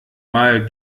mal